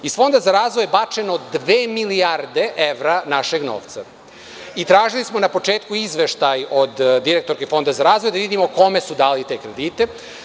Iz Fonda za razvoj je bačeno dve milijarde evra našeg novca i tražili smo na početku izveštaj od direktorke Fonda za razvoj da vidimo kome su dali te kredite.